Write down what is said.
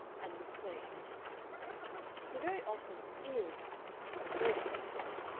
and miss klegg went on he very often is most unfair.